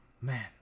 man